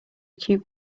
cute